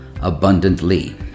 abundantly